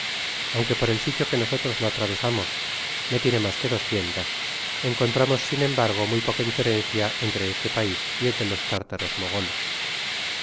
aunque por el sitio que nosotros lo atravesamos no tiene mas que doscientas encontramos'sin embargo muy poca diferencia entre este pais y el de los tártaros mogoles